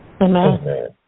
Amen